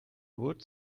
wood